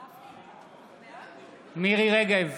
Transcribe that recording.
בעד מיכל רוזין,